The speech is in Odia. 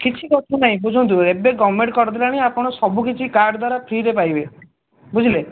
କିଛି ଖର୍ଚ୍ଚ ନାହିଁ ବୁଝନ୍ତୁ ଏବେ ଗଭର୍ଣ୍ଣମେଣ୍ଟ୍ କରିଦେଲାଣି ଆପଣ ସବୁ କିଛି କାର୍ଡ଼୍ ଦ୍ୱାରା ଫ୍ରିରେ ପାଇବେ ବୁଝିଲେ